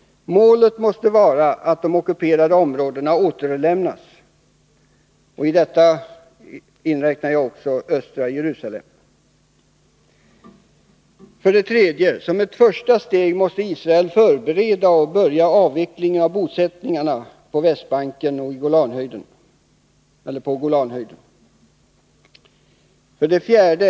Målet måste vara att de ockuperade områdena återlämnas. Här inräknar jag även östra Jerusalem. 3. Som ett första steg måste Israel förbereda och börja avvecklingen av bosättningarna på Västbanken och på Golanhöjderna. 4.